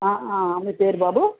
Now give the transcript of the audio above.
మీ పేరు బాబు